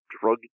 drug